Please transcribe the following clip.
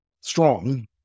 strong